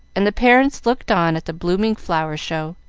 and the parents looked on at the blooming flower show.